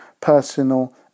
personal